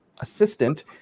assistant